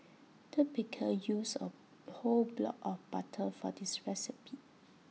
the baker used A whole block of butter for this recipe